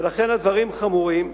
ולכן הדברים חמורים,